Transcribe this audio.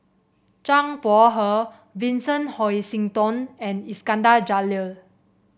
Zhang Bohe Vincent Hoisington and Iskandar Jalil